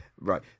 Right